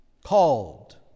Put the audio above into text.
called